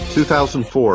2004